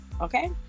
okay